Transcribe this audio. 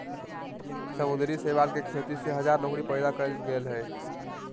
समुद्री शैवाल के खेती से हजार नौकरी पैदा कइल गेल हइ